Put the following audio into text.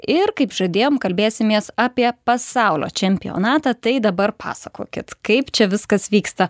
ir kaip žadėjom kalbėsimės apie pasaulio čempionatą tai dabar pasakokit kaip čia viskas vyksta